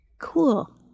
Cool